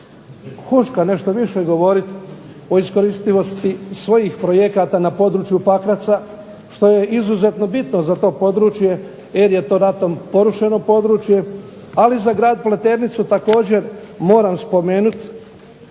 Huška nešto više govoriti o iskoristivosti svojih projekata na području Pakraca što je izuzetno bitno za to područje, jer je to ratom porušeno područje. Ali za grad Pleternicu također moram spomenuti